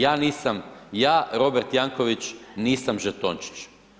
Ja nisam ja, Robert Jankovics nisam žetončić.